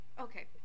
Okay